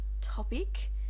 topic